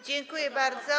Dziękuję bardzo.